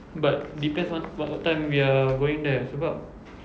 but depends what what time we are going there sebab